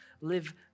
live